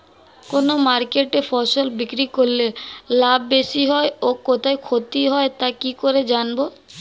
কোন মার্কেটে ফসল বিক্রি করলে লাভ বেশি হয় ও কোথায় ক্ষতি হয় তা কি করে জানবো?